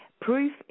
proof